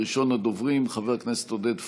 ראשון הדוברים, חבר הכנסת עודד פורר,